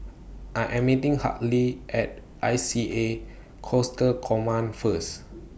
I Am meeting Hartley At I C A Coastal Command First